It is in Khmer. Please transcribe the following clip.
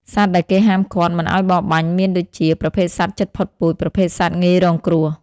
សត្វដែលគេហាមឃាត់មិនឲ្យបរបាញ់មមានដូចជា ប្រភេទសត្វជិតផុតពូជ ប្រភេទសត្វងាយរងគ្រោះ។